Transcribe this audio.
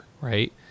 right